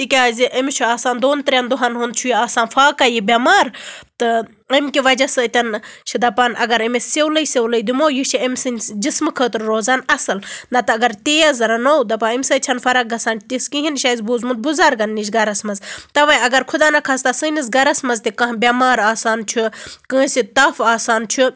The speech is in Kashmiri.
تِکیٛازِ أمس چھُ آسان دۄن ترٛیٚن دۅہَن ہُنٛد چھُ یہِ آسان فاقے یہِ بیٚمار تہٕ امہِ کہِ وَجہَ سۭتۍ چھِ دَپان اَگَر أمِس سِونٕے سِونٕے دِمو یہِ چھِ امہِ سِنٛدِس جِسمہٕ خٲطرٕ روزان اصٕل نَتہٕ اَگَر تیز رَنو دَپان امہِ سۭتۍ چھَ نہٕ فَرق گژھان تِژھ کِہیٖنٛۍ یہِ چھُ اسہِ بوٗزمُت بُزَرگَن نِش گَرَس مَنٛز تَوَے اَگَر خُدا نہَ خاستہ سٲنِس گَرَس مَنٛز تہِ کانٛہہ بیٚمار آسان چھُ کٲنٛسہِ تَف آسان چھُ